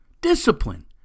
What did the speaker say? discipline